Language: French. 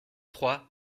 trois